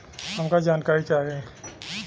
हमका जानकारी चाही?